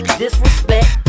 disrespect